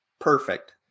perfect